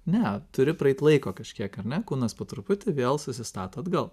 ne turi praeit laiko kažkiek ar ne kūnas po truputį vėl susistato atgal